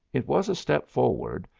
it was a step forward,